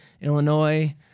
Illinois